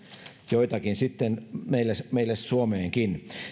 joitakin meille suomeenkin